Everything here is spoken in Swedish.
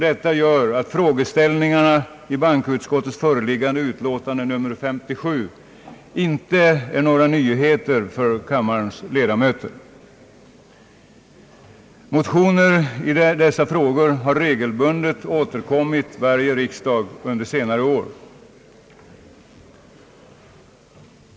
Detta gör att frågeställningarna i bankoutskottets föreliggande utlåtande nr 57 inte är några nyheter för kammarens ledamöter. Motioner i dessa frågor har regelbundet återkommit varje riksdag under senare år.